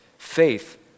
Faith